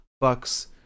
Bucks